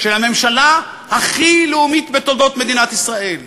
של הממשלה הכי לאומית בתולדות מדינת ישראל,